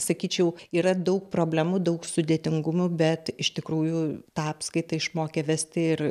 sakyčiau yra daug problemų daug sudėtingumų bet iš tikrųjų tą apskaitą išmokė vesti ir